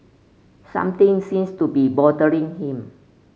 something seems to be bothering him